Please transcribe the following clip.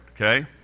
Okay